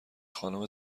خانم